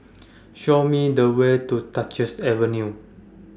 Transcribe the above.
Show Me The Way to Duchess Avenue